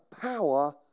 power